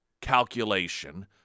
calculation